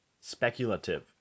speculative